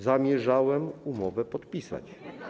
Zamierzałem umowę podpisać.